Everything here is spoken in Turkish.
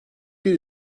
bir